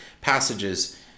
passages